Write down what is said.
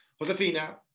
Josefina